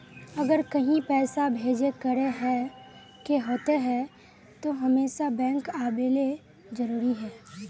अगर कहीं पैसा भेजे करे के होते है तो हमेशा बैंक आबेले जरूरी है?